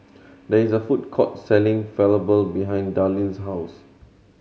there is a food court selling Falafel behind Darleen's house